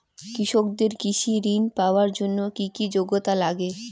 কৃষকদের কৃষি ঋণ পাওয়ার জন্য কী কী যোগ্যতা লাগে?